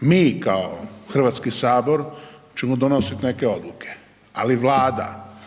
mi kao HS ćemo donosit neke odluke, ali Vlada,